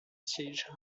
siege